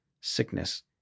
sickness